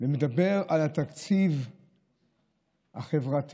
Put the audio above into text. ומדבר על התקציב החברתי,